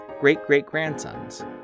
great-great-grandsons